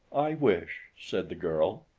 i wish, said the girl.